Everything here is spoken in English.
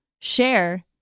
share